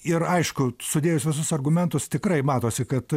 ir aišku sudėjus visus argumentus tikrai matosi kad